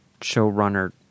showrunner